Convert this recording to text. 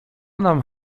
nam